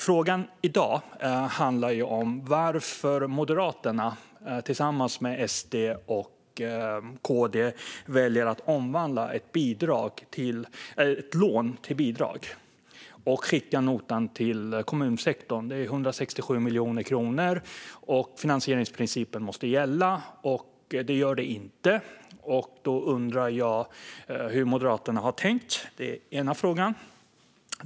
Frågan i dag handlar om varför Moderaterna tillsammans med SD och KD väljer att omvandla ett lån till ett bidrag och skicka notan till kommunsektorn. Det är 167 miljoner kronor, och finansieringsprincipen måste gälla. Det gör den inte, så jag undrar hur Moderaterna har tänkt. Det är ena frågan.